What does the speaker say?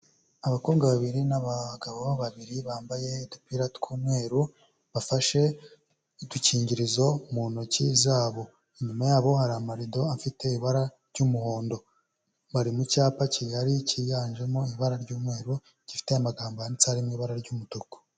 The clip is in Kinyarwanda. Abakobwa babiri n'abagabo babiri bambaye udupira tw'umweru, bafashe udukingirizo mu ntoki zabo, inyuma yabo hari amarido afite ibara ry'umuhondo, bari mu cyapa kigari cyiganjemo ibara ry'umweru, gifite amagambo yanditse harimo ibara ry'umutuku.